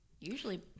Usually